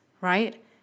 right